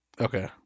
Okay